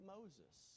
Moses